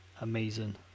amazing